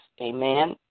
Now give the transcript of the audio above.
Amen